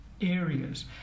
areas